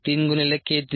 692